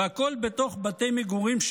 והכול בתוך בתי מגורים,